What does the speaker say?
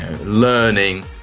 learning